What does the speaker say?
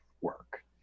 work